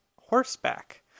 horseback